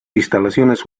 instalaciones